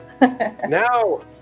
Now